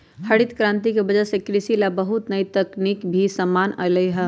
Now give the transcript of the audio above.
हरित करांति के वजह से कृषि ला बहुत नई तकनीक भी सामने अईलय है